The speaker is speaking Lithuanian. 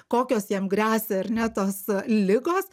kokios jam gresia ar ne tos ligos